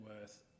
worth